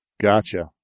Gotcha